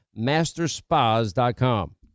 masterspas.com